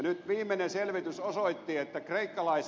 nyt viimeinen selvitys osoitti että kreikkalais